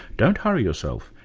don't hurry yourself,